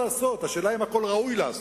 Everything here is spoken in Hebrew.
השאלה היא, האם הכול ראוי לעשות?